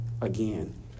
again